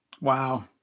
Wow